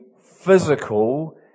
physical